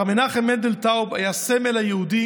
הרב מנחם מנדל טאוב היה סמל ליהודי